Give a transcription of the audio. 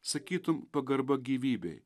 sakytum pagarba gyvybei